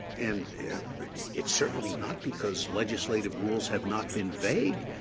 and it's certainly not because legislative rules have not been vague.